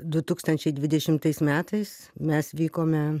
du tūkstančiai dvidešimtais metais mes vykome